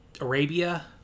Arabia